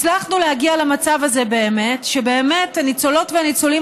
הצלחנו להגיע למצב הזה שבאמת הניצולות והניצולים